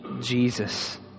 Jesus